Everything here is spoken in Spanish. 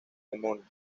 demonios